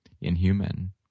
inhuman